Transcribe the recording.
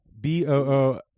B-O-O